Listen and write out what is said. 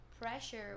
pressure